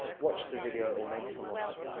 watch the video, it'll make some more sense.